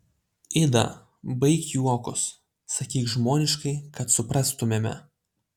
ida baik juokus sakyk žmoniškai kad suprastumėme